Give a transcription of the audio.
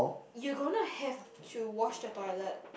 you gonna to help to wash the toilet